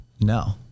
No